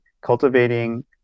cultivating